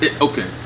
Okay